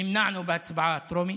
נמנענו בהצבעה הטרומית,